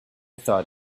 thought